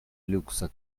luksa